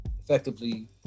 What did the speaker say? effectively